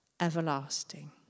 everlasting